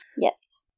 Yes